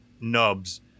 nubs